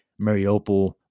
Mariupol